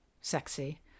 sexy